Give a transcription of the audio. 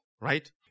right